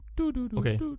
Okay